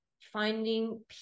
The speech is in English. finding